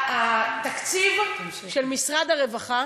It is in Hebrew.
התקציב של משרד הרווחה